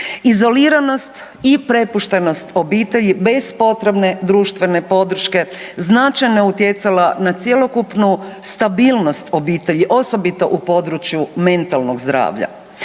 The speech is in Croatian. Izoliranost i prepuštenost obitelji bez potrebne društvene podrške značajno je utjecala na cjelokupnu stabilnost obitelji osobito u području mentalnog zdravlja.